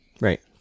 Right